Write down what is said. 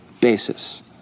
basis